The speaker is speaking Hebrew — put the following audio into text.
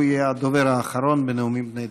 והוא יהיה הדובר האחרון בנאומים בני דקה.